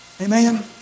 Amen